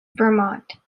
vermont